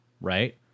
right